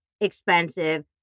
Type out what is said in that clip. expensive